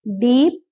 Deep